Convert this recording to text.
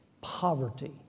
poverty